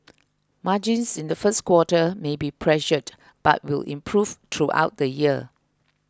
margins in the first quarter may be pressured but will improve throughout the year